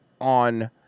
on